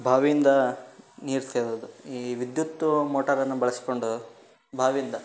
ಬಾವಿಯಿಂದ ನೀರು ಸೇದೋದು ಈ ವಿದ್ಯುತ್ತು ಮೋಟರನ್ನು ಬಳಸಿಕೊಂಡು ಬಾವಿಯಿಂದ